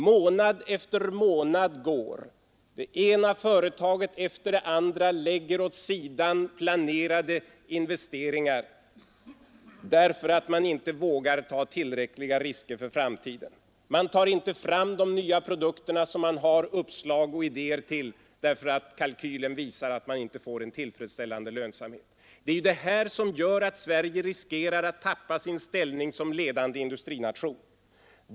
Månad efter månad går, det ena företaget efter det andra lägger åt sidan planerade investeringar, därför att man inte vågar ta tillräckliga risker för framtiden. Man tar inte fram de nya produkter som man har uppslag och idéer till, därför att kalkylen visar att man inte får en tillfredsställande lönsamhet. Det är detta som gör att Sverige riskerar att tappa sin ställning som ledande industrination.